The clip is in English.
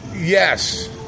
Yes